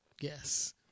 Yes